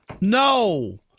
No